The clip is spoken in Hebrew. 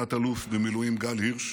תת-אלוף במילואים גל הירש,